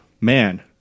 man